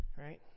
right